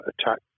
attack